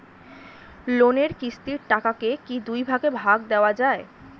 লোনের কিস্তির টাকাকে কি দুই ভাগে দেওয়া যায়?